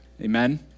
Amen